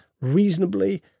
reasonably